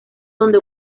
donde